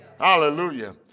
Hallelujah